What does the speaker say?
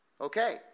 okay